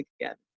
together